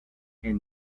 and